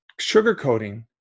Sugarcoating